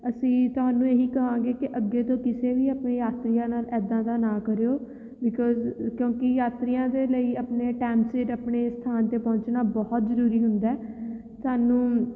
ਅਸੀਂ ਤੁਹਾਨੂੰ ਇਹੀ ਕਹਾਂਗੇ ਕਿ ਅੱਗੇ ਤੋਂ ਕਿਸੇ ਵੀ ਆਪਣੇ ਯਾਤਰੀਆਂ ਨਾਲ ਇੱਦਾਂ ਦਾ ਨਾ ਕਰਿਓ ਬਿਕੋਜ਼ ਕਿਉਂਕਿ ਯਾਤਰੀਆਂ ਦੇ ਲਈ ਆਪਣੇ ਟਾਈਮ ਸਿਰ ਆਪਣੇ ਸਥਾਨ 'ਤੇ ਪਹੁੰਚਣਾ ਬਹੁਤ ਜ਼ਰੂਰੀ ਹੁੰਦਾ ਹੈ ਸਾਨੂੰ